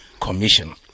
commission